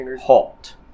Halt